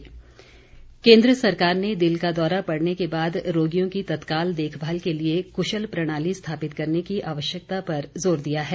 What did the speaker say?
प्रणाली केन्द्र सरकार ने दिल का दौरा पड़ने के बाद रोगियों की तत्काल देखभाल के लिए कुशल प्रणाली स्थापित करने की आवश्यकता पर जोर दिया है